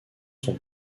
sont